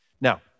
Now